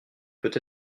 peut